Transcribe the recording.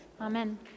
Amen